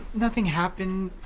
nothing happened.